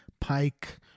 Pike